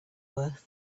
worth